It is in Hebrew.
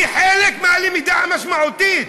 היא חלק מהלמידה המשמעותית.